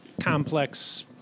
complex